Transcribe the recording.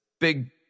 big